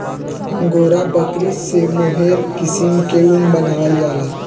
angora बकरी से mohair किसिम के ऊन बनावल जाला